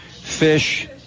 Fish